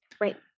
Right